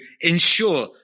ensure